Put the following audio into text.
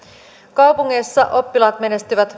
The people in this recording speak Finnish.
kaupungeissa oppilaat menestyvät